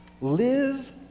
live